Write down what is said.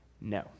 No